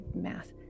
math